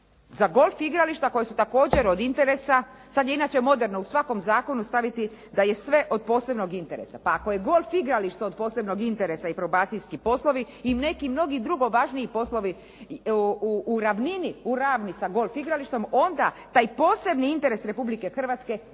Za golf igrališta koja su također od interesa, sad je inače moderno u svakom zakonu staviti da je sve od posebnog interesa. Pa ako je golf igralište od posebnog interesa i probacijski poslovi i neki mnogi drugo važniji poslovi u ravnini, u ravni sa golf igralištom onda taj posebni interes Republike Hrvatske